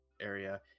area